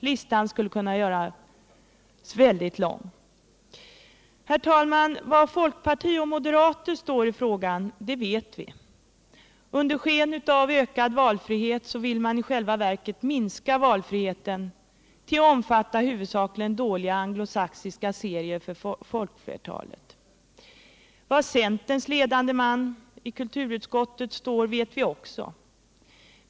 Listan skulle kunna göras lång. Herr talman! Var folkpartiet och moderaterna står i frågan vet vi. Under sken av ökad valfrihet vill de i själva verket minska valfriheten till att omfatta huvudsakligen dåliga anglosaxiska serier för folkflertalet. Var centerns ledande man i kulturutskottet står vet vi också.